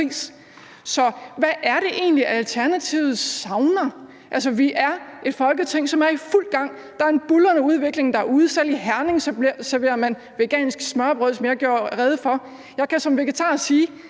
Så hvad er det egentlig, Alternativet savner? Altså, vi er et Folketing, som er i fuld gang. Der er en buldrende udvikling derude, selv i Herning serverer man vegansk smørrebrød, som jeg gjorde rede for. Jeg kan som vegetar sige,